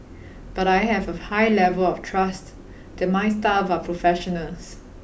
but I have a high level of trust that my staff are professionals